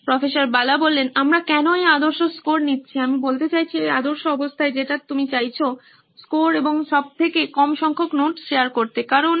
প্রফ্ বালা আমরা কেন এই আদর্শ স্কোর নিচ্ছি আমি বলতে চাইছি এই আদর্শ অবস্থায় যেটাই তুমি চাইছো বেশি স্কোর এবং সব থেকে কম সংখ্যক নোটস শেয়ার করতে কারণ